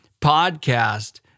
podcast